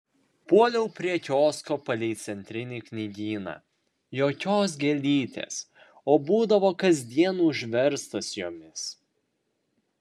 puoliau prie kiosko palei centrinį knygyną jokios gėlytės o būdavo kasdien užverstas jomis